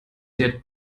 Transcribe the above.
der